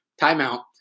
Timeout